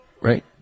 Right